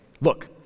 Look